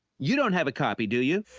you don't have a copy, do you?